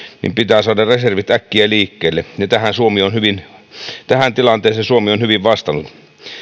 niin pitää saada reservit äkkiä liikkeelle ja tähän tilanteeseen suomi on hyvin vastannut